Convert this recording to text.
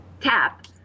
tap